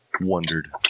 wondered